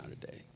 today